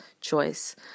choice